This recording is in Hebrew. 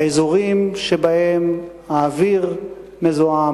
האזורים שבהם האוויר מזוהם,